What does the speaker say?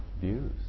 views